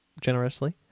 generously